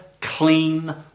clean